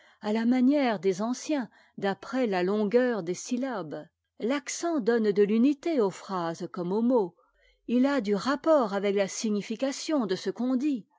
à la manière des anciens d'après la longueur des syllabes l'accent donne de l'unité aux phrases comme aux mots il a du rapport avec la signification de ce qu'on dit